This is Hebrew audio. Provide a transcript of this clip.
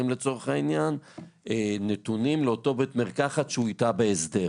לצורך העניין נתונים לאותו בית מרקחת שהוא איתה בהסדר.